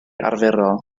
arferol